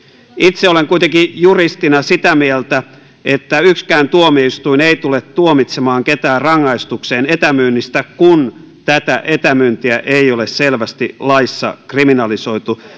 itse olen kuitenkin juristina sitä mieltä että yksikään tuomioistuin ei tule tuomitsemaan ketään rangaistukseen etämyynnistä kun tätä etämyyntiä ei ole selvästi laissa kriminalisoitu